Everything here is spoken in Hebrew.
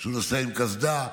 שהוא נוסע עם קסדה,